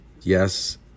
yes